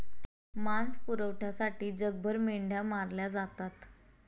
मांस पुरवठ्यासाठी जगभर मेंढ्या मारल्या जातात